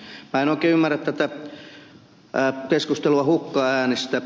minä en oikein ymmärrä tätä keskustelua hukkaäänistä